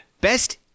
Best